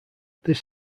this